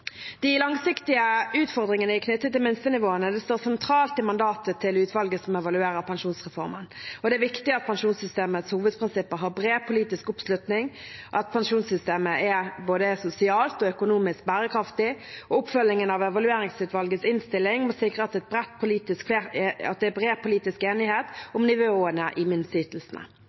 De langsiktige utfordringene knyttet til minstenivåene står sentralt i mandatet til utvalget som evaluerer pensjonsreformen. Det er viktig at pensjonssystemets hovedprinsipper har bred politisk oppslutning, og at pensjonssystemet er både sosialt og økonomisk bærekraftig. Oppfølgingen av evalueringsutvalgets innstilling må sikre at det er bred politisk enighet om nivåene på minsteytelsene. Regjeringen mener derfor at det er